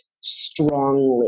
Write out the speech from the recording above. strongly